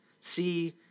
See